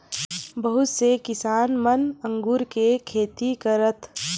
बहुत से किसान मन अगुर के खेती करथ